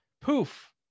poof